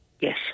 Yes